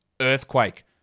earthquake